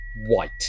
white